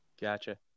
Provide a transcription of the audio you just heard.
Gotcha